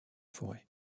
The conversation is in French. forêt